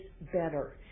better